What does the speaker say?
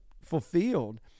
fulfilled